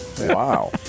Wow